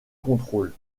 contrôles